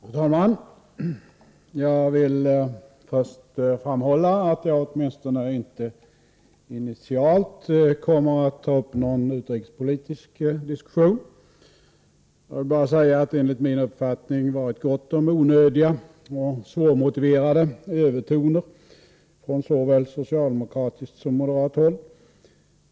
Fru talman! Jag vill först framhålla att jag åtminstone inte initialt kommer att ta upp någon utrikespolitisk diskussion. Jag vill bara säga att det enligt min uppfattning varit gott om onödiga och svårmotiverade övertoner från såväl socialdemokratiskt som moderat håll.